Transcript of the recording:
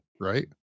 Right